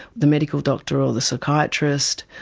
the medical doctor or the psychiatrist,